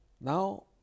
Now